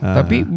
Tapi